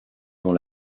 dans